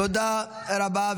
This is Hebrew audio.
תודה רבה.